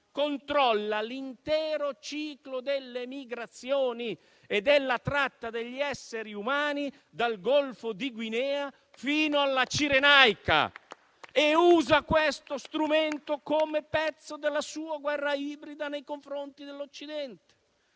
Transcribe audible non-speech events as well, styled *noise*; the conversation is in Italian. controlla l'intero ciclo delle migrazioni e della tratta degli esseri umani dal Golfo di Guinea fino alla Cirenaica, *applause* e usa questo strumento come pezzo della sua guerra ibrida nei confronti dell'Occidente.